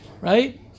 right